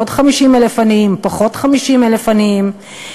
עוד 50,000 עניים, פחות 50,000 עניים.